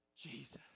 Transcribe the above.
Jesus